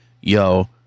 yo